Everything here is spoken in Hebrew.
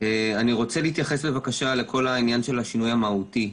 רוצה להתייחס לכל העניין של השינוי המהותי.